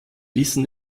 wissen